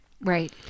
Right